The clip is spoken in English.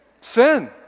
Sin